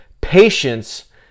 Patience